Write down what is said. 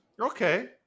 Okay